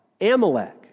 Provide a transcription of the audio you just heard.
Amalek